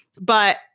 But-